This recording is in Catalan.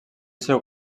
seu